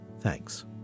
Thanks